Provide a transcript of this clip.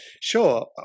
Sure